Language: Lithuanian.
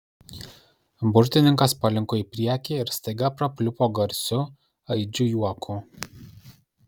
burtininkas palinko į priekį ir staiga prapliupo garsiu aidžiu juoku